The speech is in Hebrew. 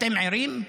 אתם ערים?